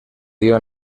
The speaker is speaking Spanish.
dio